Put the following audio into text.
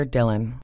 Dylan